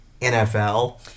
NFL